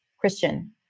Christian